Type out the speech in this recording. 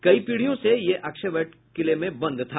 कई पीढ़ियों से ये अक्षयवट किले में बंद था